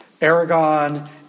Aragon